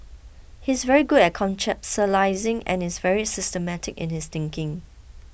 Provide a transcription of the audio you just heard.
he's very good at conceptualising and is very systematic in his thinking